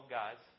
guys